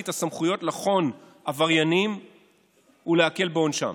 את הסמכויות לחון עבריינים ולהקל בעונשם.